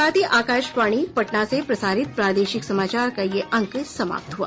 इसके साथ ही आकाशवाणी पटना से प्रसारित प्रादेशिक समाचार का ये अंक समाप्त हुआ